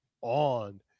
on